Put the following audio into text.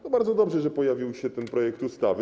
To bardzo dobrze, że pojawił się ten projekt ustawy.